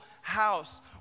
house